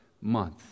month